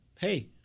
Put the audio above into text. hey